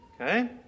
Okay